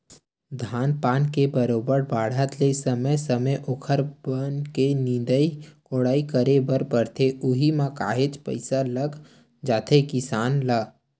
धान पान के बरोबर बाड़हत ले समे समे ओखर बन के निंदई कोड़ई करे बर परथे उहीं म काहेच पइसा लग जाथे किसान ल